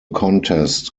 contest